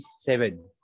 seven